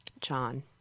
john